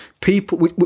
people